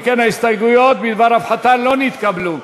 אם כן, ההסתייגויות בדבר הפחתה לא נתקבלו.